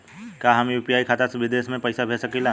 का हम यू.पी.आई खाता से विदेश म पईसा भेज सकिला?